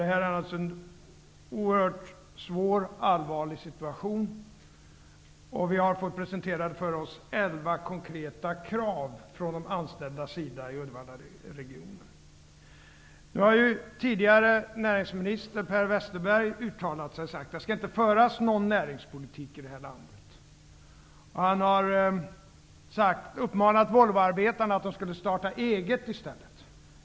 Situationen är alltså oerhört svår och allvarlig. Vi har fått presenterat för oss elva konkreta krav från de anställda i Uddevallaregionen. Näringsminister Per Westerberg har tidigare uttalat att det inte skall föras någon näringspolitik i det här landet. Han har uppmanat Volvoarbetarna att i stället starta eget.